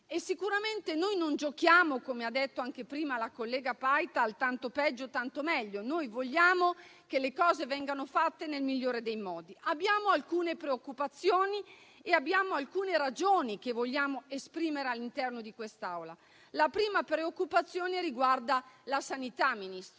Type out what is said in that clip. Sicuramente non giochiamo, come ha detto anche prima la collega Paita, al gioco del tanto peggio, tanto meglio, ma vogliamo che le cose vengano fatte nel migliore dei modi. Abbiamo alcune preoccupazioni e abbiamo alcune ragioni che vogliamo esprimere all'interno di questa Assemblea. La prima preoccupazione riguarda la sanità, signor